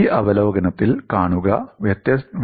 ഈ അവലോകനത്തിൽ കാണുക